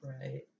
right